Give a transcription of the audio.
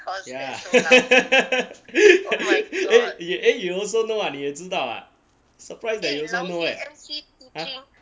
ya eh eh you also know ah 你也知道啊 surprised that you also know eh